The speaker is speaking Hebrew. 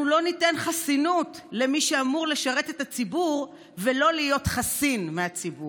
אנחנו לא ניתן חסינות למי שאמור לשרת את הציבור ולא להיות חסין מהציבור.